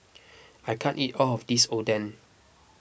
I can't eat all of this Oden